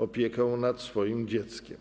opiekę nad swoim dzieckiem.